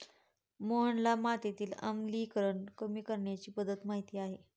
मोहनला मातीतील आम्लीकरण कमी करण्याची पध्दत माहित आहे